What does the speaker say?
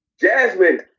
Jasmine